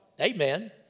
amen